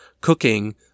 cooking